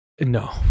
No